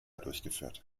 durchgeführt